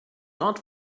not